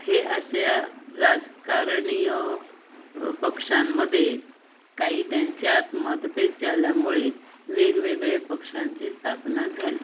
हे अशा राजकारणीय पक्षांमध्ये काही त्यांच्यात मतभेद झाल्यामुळे वेगवेगळे पक्षांची स्थापना झाली